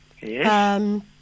Yes